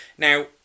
Now